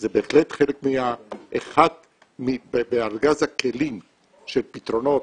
זה בהחלט אחד מארגז הכלים של פתרונות.